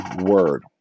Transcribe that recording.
word